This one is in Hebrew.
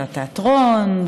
והתיאטרון,